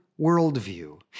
worldview